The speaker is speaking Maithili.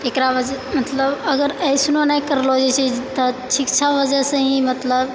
एकरा वजह मतलब अगर अइसनो नहि करलो जे छै तऽ शिक्षा वजहसँ ही मतलब